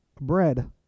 bread